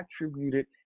attributed